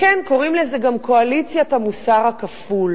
כן, קוראים לזה גם קואליציית המוסר הכפול.